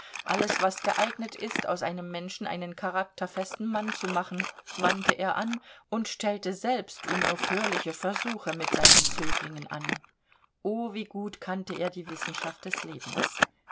alles was geeignet ist aus einem menschen einen charakterfesten mann zu machen wandte er an und stellte selbst unaufhörliche versuche mit seinen zöglingen an oh wie gut kannte er die wissenschaft des lebens